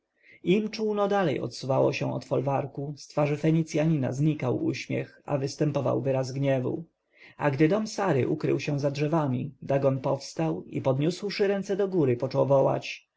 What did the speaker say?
im czółno dalej odsuwało się od folwarku z twarzy fenicjanina znikał uśmiech a występował wyraz gniewu a gdy dom sary ukrył się za drzewami dagon powstał i podniósłszy ręce do góry począł wołać